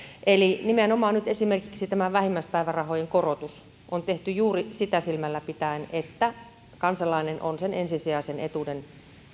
eli nimenomaan nyt esimerkiksi tämä vähimmäispäivärahojen korotus on tehty juuri sitä silmällä pitäen että kansalainen on sen ensisijaisen etuuden